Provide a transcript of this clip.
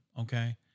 Okay